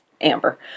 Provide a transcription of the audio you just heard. Amber